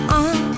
on